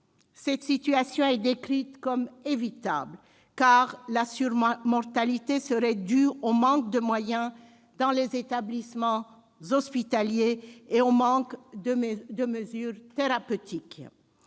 cette situation est décrite comme évitable, car la surmortalité serait due au manque de moyens dans les établissements hospitaliers et de mesures thérapeutiques.